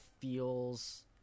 feels